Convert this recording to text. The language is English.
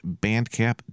Bandcap